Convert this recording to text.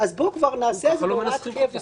אתם לא מסבירים לי למה זה צריך להיות חוק יסוד?